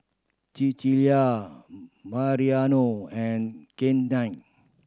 Cecelia Mariano and Kennith